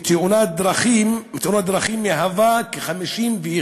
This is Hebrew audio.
מקרי מוות כתוצאה מתאונת דרכים מהווים כ-51%